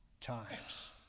times